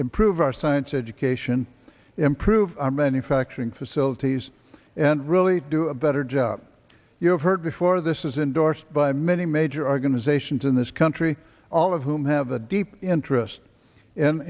improve our science education improve our manufacturing facilities and really do a better job you have heard before this is indorsed by many major organizations in this country all of whom have a deep interest